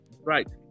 right